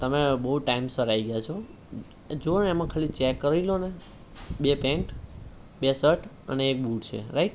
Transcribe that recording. તમે બહુ ટાઈમસર આવી ગયા છો જુઓ ને એમાં ખાલી ચેક કરી લો ને બે પેન્ટ બે શર્ટ અને અને એક બૂટ છે રાઈટ